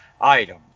item